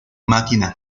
máquina